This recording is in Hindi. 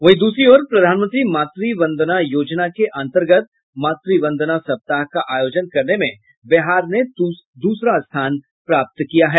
वहीं दूसरी ओर प्रधानमंत्री मातृ वंदना योजना के अंतर्गत मातृ वंदना सप्ताह का आयोजन करने में बिहार ने दूसरा स्थान प्राप्त किया है